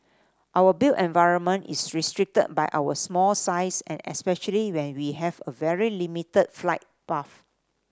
our built environment is restricted by our small size and especially when we have a very limited flight path